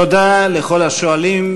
תודה לכל השואלים.